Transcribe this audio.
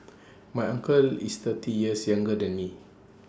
my uncle is thirty years younger than me